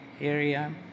area